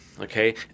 okay